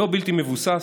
לא בלתי מבוסס,